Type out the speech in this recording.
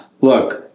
Look